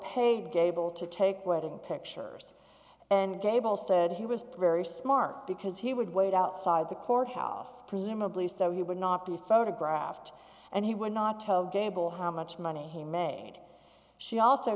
paid gable to take wedding pictures and gable said he was very smart because he would wait outside the courthouse presumably so he would not be photographed and he would not tell gable how much money he made she also